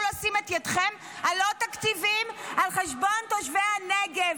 לשים את ידיכם על עוד תקציבים על חשבון תושבי הנגב.